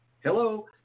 Hello